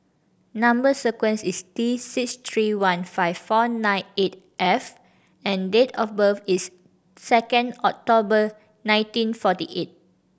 number sequence is T six three one five four nine eight F and date of birth is second October nineteen forty eight